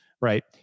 Right